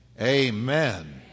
Amen